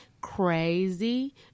crazy